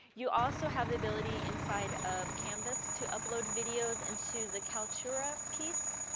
you also have the ability inside of canvas to upload videos into the kaltura piece.